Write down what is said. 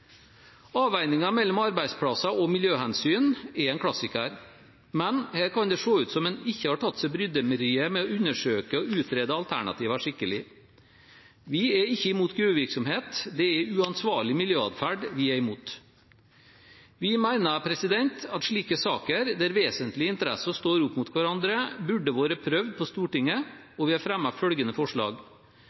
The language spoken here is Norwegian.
mellom arbeidsplasser og miljøhensyn er en klassiker. Men her kan det se ut som en ikke har tatt seg bryderiet med å undersøke og utrede alternativene skikkelig. Vi er ikke imot gruvevirksomhet, det er uansvarlig miljøadferd vi er imot. Vi mener at slike saker, der vesentlige interesser står opp mot hverandre, burde vært prøvd på Stortinget, og vi har fremmet følgende forslag: